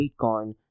Bitcoin